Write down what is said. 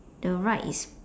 the right is